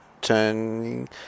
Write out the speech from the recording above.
turning